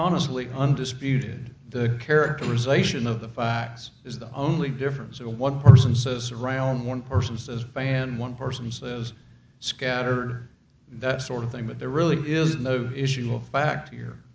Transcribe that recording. honestly undisputed the characterization of the facts is the only difference one person says around one person says band one person says scatter that sort of thing but there really is no issue of fact here